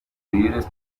líderes